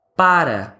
para